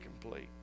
complete